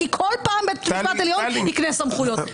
כי כל פעם בית משפט עליון יקנה סמכויות.